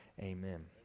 Amen